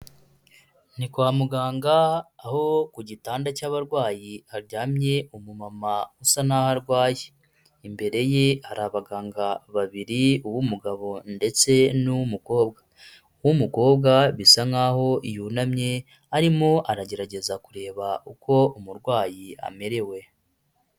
Ni kwa muganga, aho ku gitanda cy'abarwayi haryamye umumama usa n'aho arwaye. Imbere ye hari abaganga babiri, uw'umugabo ndetse n'uw'umukobwa. Uw'umukobwa bisa nk'aho yunamye arimo aragerageza kureba uko umurwayi amerewe.